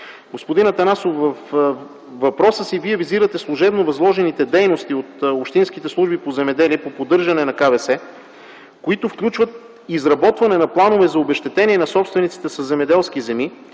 Господин Атанасов, във въпроса си Вие визирате служебно възложените дейности от общинските служби по земеделие по поддържане на КВС, които включват изработване на планове за обезщетение на собствениците със земеделски земи,